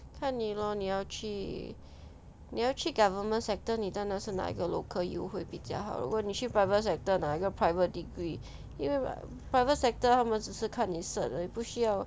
看你 lor 你要去你要去 government sector 你真的是拿一个 local U 会比较好如果你去 private sector 拿个 private degree 因为 pri~ private sector 他们只是看 cert 而已不需要